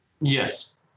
Yes